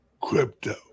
crypto